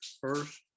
first